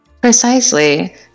precisely